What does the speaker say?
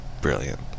brilliant